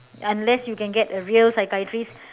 unless you can get a real psychiatrist